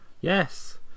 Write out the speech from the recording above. Yes